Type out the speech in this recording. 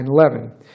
9-11